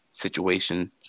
situation